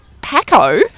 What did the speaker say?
Paco